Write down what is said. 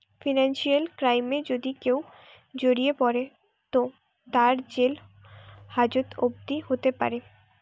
financial ক্রাইমে যদি কেও জড়িয়ে পড়ে তো তার জেল হাজত অবদি হোতে পারে